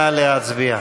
נא להצביע.